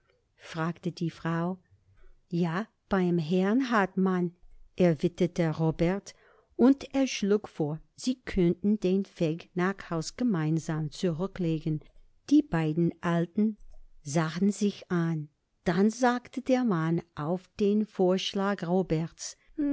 fragte die frau ja beim herrn hartmann erwiderte robert und er schlug vor sie könnten den weg nach hause gemeinsam zurücklegen die beiden alten sahen sich an dann sagte der mann auf den vorschlag roberts